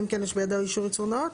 אלא אם כן יש בידיו אישור ייצור נאות.